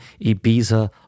Ibiza